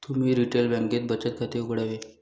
तुम्ही रिटेल बँकेत बचत खाते उघडावे